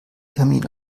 kamin